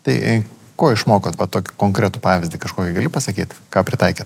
tai ko išmokot va tokį konkretų pavyzdį kažkokį gali pasakyt ką pritaikėt